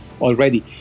already